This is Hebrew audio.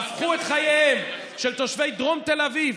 הם הפכו את חייהם של תושבי דרום תל אביב,